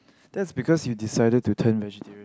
that's because you decided to turn vegetarian